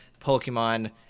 Pokemon